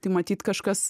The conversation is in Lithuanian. tai matyt kažkas